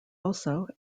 also